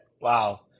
wow